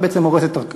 וזה בעצם הורס את הכול.